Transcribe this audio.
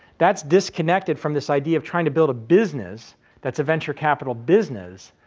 that's disconnected from this idea of trying to build a business that's a venture capital business,